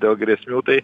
dėl grėsmių tai